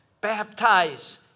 Baptize